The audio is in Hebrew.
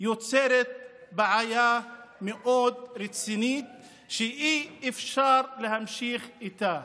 יוצרות בעיה מאוד רצינית שאי-אפשר להמשיך איתה.